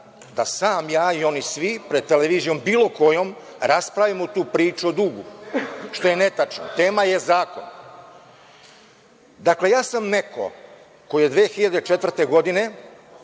da sam ja i oni svi pred televizijom bilo kojom, raspravimo tu priču o dugu, što je netačno. Tema je zakon. dakle, ja sam neko ko je 2004. godine,